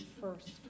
first